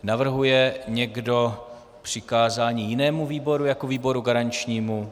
Navrhuje někdo přikázání jinému výboru jako výboru garančnímu?